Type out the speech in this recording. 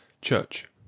Church